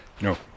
No